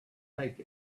take